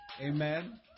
Amen